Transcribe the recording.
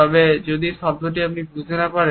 তবে যদি এই শব্দটি আপনি বুঝতে না পারেন